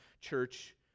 church